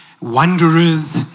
wanderers